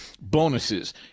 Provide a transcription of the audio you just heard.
bonuses